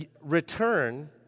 return